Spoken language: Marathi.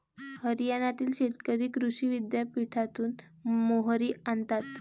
हरियाणातील शेतकरी कृषी विद्यापीठातून मोहरी आणतात